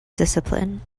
discipline